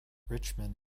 richmond